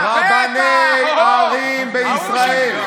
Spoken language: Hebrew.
רבני ערים בישראל,